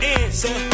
answer